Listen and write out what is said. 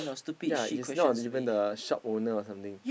ya is not even the shop owner or something